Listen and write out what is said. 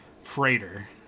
freighter